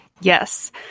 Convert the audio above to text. yes